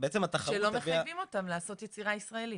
בעצם התחרות --- שלא מחייבים אותם לעשות יצירה ישראלית.